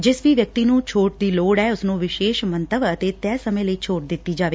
ਜਿਸ ਵੀ ਵਿਅਕਤੀ ਨੂੰ ਛੋਟ ਦੀ ਲੋੜ ਐ ਉਸ ਨੂੰ ਵਿਸ਼ੇਸ਼ ਮੰਤਵ ਅਤੇ ਤੈਅ ਸਮੇਂ ਲਈ ਛੋਟ ਦਿੱਤੀ ਜਾਵੇ